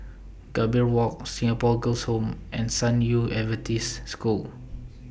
Gambir Walk Singapore Girls' Home and San Yu Adventist School